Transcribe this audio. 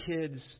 kids